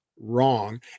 wrong